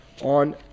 on